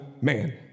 man